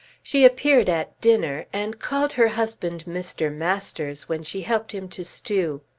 she appeared at dinner and called her husband mr. masters when she helped him to stew.